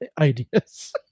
ideas